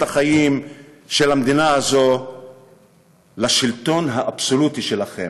החיים של המדינה הזאת לשלטון האבסולוטי שלכם.